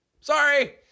Sorry